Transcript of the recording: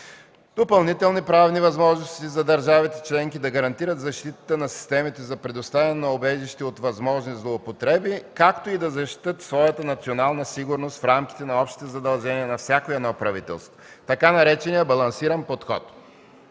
допълнителни правни възможности за държавите-членки да гарантират защита на системите за предоставяне на убежище от възможни злоупотреби, както и да защитят своята национална сигурност в рамките на общите задължения на всяко едно правителство – така наречения „балансиран подход”.